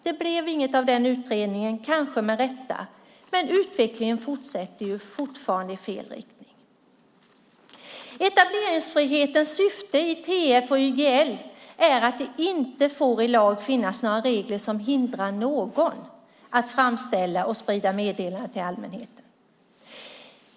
Det blev inget av den utredningen - kanske med rätta - men utvecklingen fortsätter i fel riktning. Etableringsfrihetens syfte i TF och YGL är att det i lag inte får finnas några regler som hindrar någon att framställa och sprida meddelanden till allmänheten.